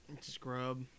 Scrub